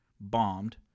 bombed